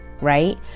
right